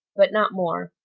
but not more,